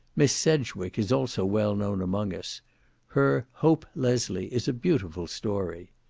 miss sedgwick is also well known among us her hope leslie is a beautiful story.